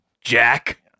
Jack